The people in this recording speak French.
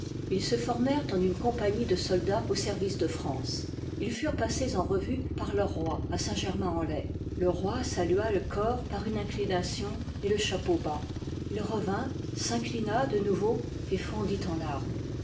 ils se formèrent en une compagnie de ipar soldats au service de france ils furent ï iviil passes en revue par leur roi à saintgermain en laye le roi salua le corps par une inclination et le chapeau bas il revint s'inclina de nouveau et fondit en larmes